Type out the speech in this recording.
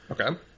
Okay